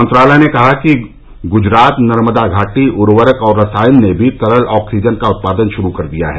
मंत्रालय ने कहा कि गुजरात नर्मदा घाटी उर्वरक और रसायन ने भी तरल ऑक्सीजन का उत्पादन शुरू कर दिया है